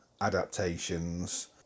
adaptations